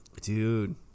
Dude